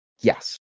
Yes